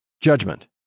judgment